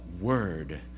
word